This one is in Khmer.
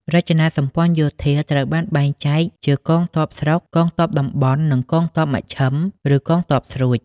រចនាសម្ព័ន្ធយោធាត្រូវបានបែងចែកជា កងទ័ពស្រុក កងទ័ពតំបន់ និងកងទ័ពមជ្ឈិម (ឬ កងទ័ពស្រួច)។